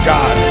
God